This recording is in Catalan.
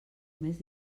més